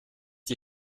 die